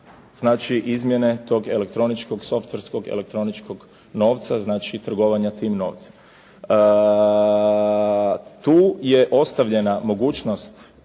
znači izmjene tog elektroničkog softverskog elektroničkog novca, znači trgovanja tim novcem. Tu je ostavljena mogućnost